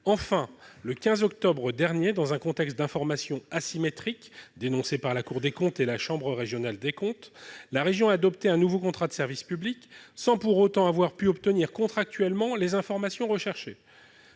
Enfin, le 15 octobre dernier, dans un contexte d'information asymétrique dénoncé par la Cour des comptes et par la chambre régionale des comptes, la région a adopté un nouveau contrat de service public, sans pour autant avoir pu obtenir contractuellement les informations recherchées.